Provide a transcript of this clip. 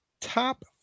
top